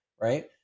right